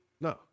No